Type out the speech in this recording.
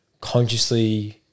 consciously –